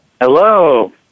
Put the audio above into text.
Hello